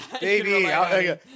Baby